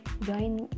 join